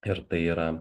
ir tai yra